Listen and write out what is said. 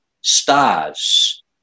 stars